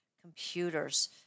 computers